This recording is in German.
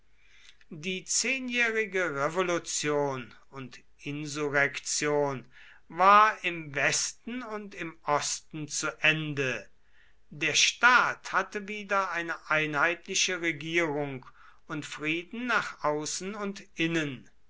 die zehnjährige revolution und insurrektion war im westen und im osten zu ende der staat hatte wieder eine einheitliche regierung und frieden nach außen und innen